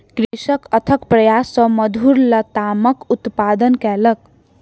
कृषक अथक प्रयास सॅ मधुर लतामक उत्पादन कयलक